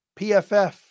PFF